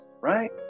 right